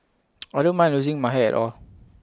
I don't mind losing my hair at all